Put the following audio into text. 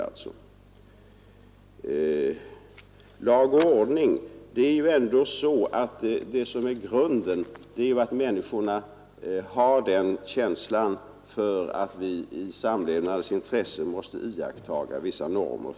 Vad lag och ordning beträffar, så är ju ändå grunden att människorna har känslan för att vi i samlevnadens intresse måste iaktta vissa normer.